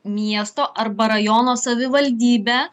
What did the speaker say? miesto arba rajono savivaldybę